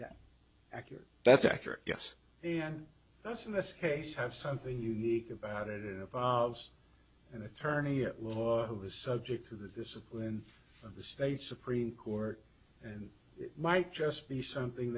that accurate that's accurate yes and that's in this case have something unique about it involves an attorney at law who is subject to the discipline of the state supreme court and it might just be something